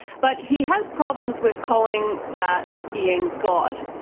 but he has problems with calling that being god.